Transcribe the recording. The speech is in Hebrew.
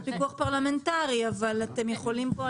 זה פיקוח פרלמנטרי אבל אתם יכולים,